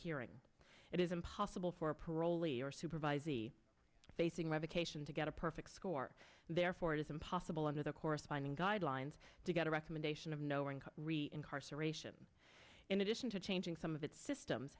hearing it is impossible for a parolee or supervisee facing revocation to get a perfect score therefore it is impossible under the corresponding guidelines to get a recommendation of knowing re incarceration in addition to changing some of its systems